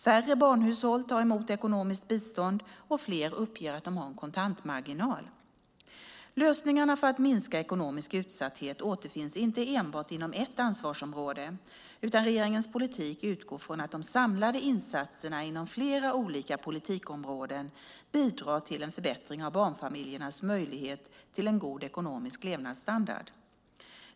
Färre barnhushåll tar emot ekonomiskt bistånd, och fler uppger att de har en kontantmarginal. Lösningarna för att minska ekonomisk utsatthet återfinns inte enbart inom ett ansvarsområde, utan regeringens politik utgår från att de samlade insatserna inom flera olika politikområden bidrar till en förbättring av barnfamiljernas möjlighet till en god ekonomisk levnadsstandard.